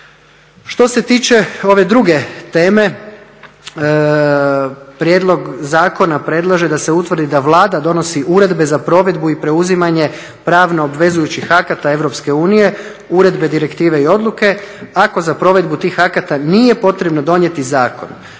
Što se tiče ove druge teme, prijedlog zakona predlaže da se utvrdi da Vlada donosi uredbe za provedbu i preuzimanje pravno obvezujućih akata EU, uredbe direktive i odluke, ako za provedbu tih akata nije potrebno donijeti zakon.